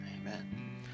Amen